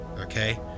Okay